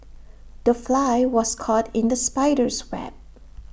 the fly was caught in the spider's web